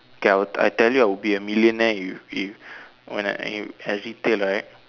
okay I'll I tell you I'll be a millionaire if if when I I at retail right